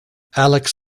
alex